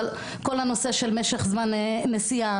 כל הנושא של משך זמן נסיעה,